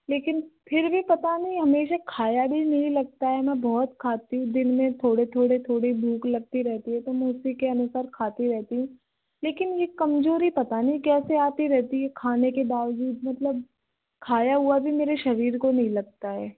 लेकिन फिर भी पता नहीं हमेशा खाया भी नहीं लगता है मैं बहुत खाती हूँ दिन मैं थोड़े थोड़े थोड़े भूख लगती रहती है तो मैं उसी के आनुसार खाती रहती हूँ लेकिन ये कमज़ोरी पता नही कैसे आती रहती है खाने के बावजूद मतलब खाया हुआ भी मेरे शरीर को नहीं लगता है